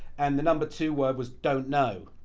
and the number two word was, don't know.